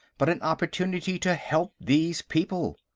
but an opportunity to help these people.